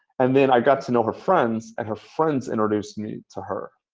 and then, i got to know her friends and her friends introduced me to her.